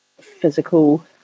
physical